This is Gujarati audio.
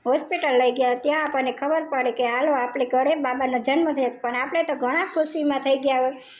હોસ્પિટલ લઈ ગ્યાં ત્યાં આપણને ખબર પડી કે ચાલો આપણા ઘરે બાબાનો જન્મ થ્યો છે પણ આપણે તો ઘણા ખુશી માં થઈ ગયાં હોય